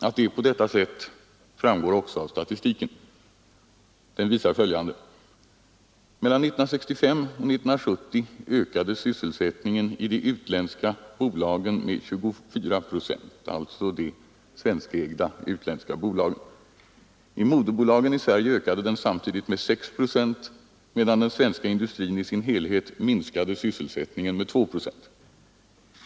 Att det är på detta sätt framgår också av statistiken, som visar följande: Mellan 1965 och 1970 ökade sysselsättningen i de svenskägda utländska bolagen med 24 procent. I moderbolagen i Sverige ökade den samtidigt med 6 procent, medan den svenska industrin i sin helhet minskade sysselsättningen med 2 procent.